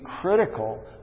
critical